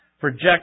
projects